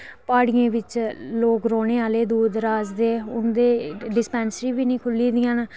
प्हाड़ियें बिच रौह्ने आह्ले दूर दराज़ दे उंदे डिस्पैंसरी बी नेईं खु'ल्ली दियां न